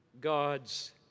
God's